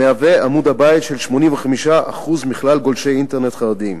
המהווה עמוד הבית של 85% מכלל גולשי האינטרנט החרדים.